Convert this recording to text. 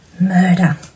murder